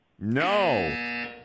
No